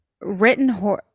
written